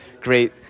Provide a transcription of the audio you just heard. great